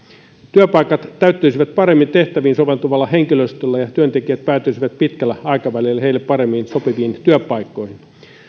työpaikat täyttyisivät paremmin tehtäviin soveltuvalla henkilöstöllä ja työntekijät päätyisivät pitkällä aikavälillä heille paremmin sopiviin työpaikkoihin